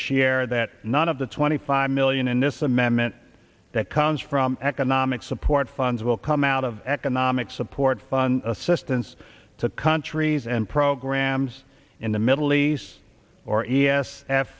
share that none of the twenty five million in this amendment that comes from economic support funds will come out of economic support fun assistance to countries and programs in the middle east or e s